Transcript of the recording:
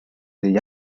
the